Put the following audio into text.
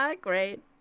Great